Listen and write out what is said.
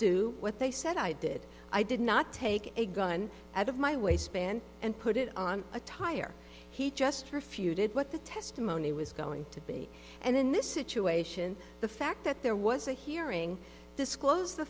do what they said i did i did not take a gun out of my waistband and put it on a tire he just refuted what the testimony was going to be and in this situation the fact that there was a hearing disclosed the